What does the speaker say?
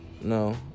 No